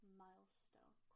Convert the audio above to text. milestone